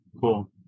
Cool